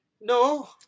No